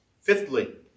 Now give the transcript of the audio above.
Fifthly